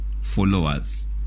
followers